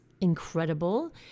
incredible